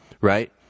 right